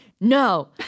no